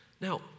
Now